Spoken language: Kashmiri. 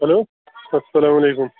ہیٚلو اسلامُ علیکُم